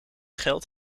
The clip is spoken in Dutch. geld